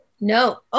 No